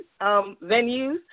venues